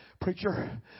preacher